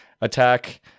attack